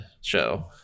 show